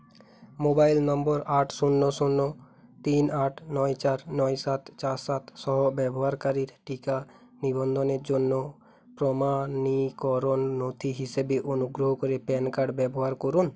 mobile নম্বর আট শূন্য শূন্য তিন আট নয় চার নয় সাত চার সাত সহ ব্যবহারকারীর টিকা নিবন্ধনের জন্য প্রমাণীকরণ নথি হিসেবে অনুগ্রহ করে প্যান কার্ড ব্যবহার করুন